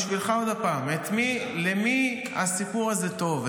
בשבילך עוד פעם: למי הסיפור הזה טוב?